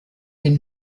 den